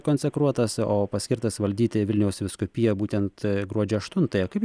konsekruotas o paskirtas valdyti vilniaus vyskupiją būtent gruodžio aštuntąją kaip